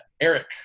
Eric